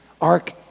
ark